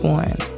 one